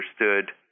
understood